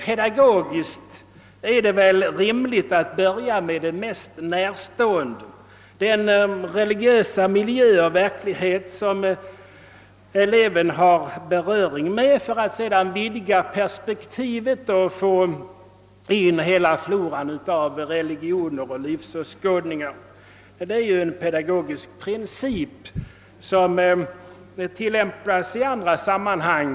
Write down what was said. Pedagogiskt sett är det väl rimligt att börja med det mest närstående, den religiösa miljö och verklighet som eleven har beröring med, för att sedan vidga perspektivet och få in hela floran av religioner och livsåskådningar. Det är ju en pedagogisk princip som tillämpas i andra ämnen.